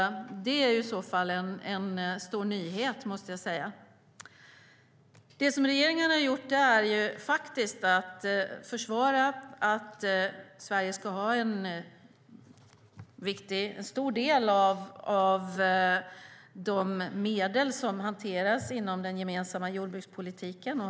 Det är i så fall en stor nyhet! Regeringen har försvarat att Sverige ska ha en stor del av de medel som hanteras inom den gemensamma jordbrukspolitiken.